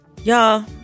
Y'all